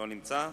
לא נמצא.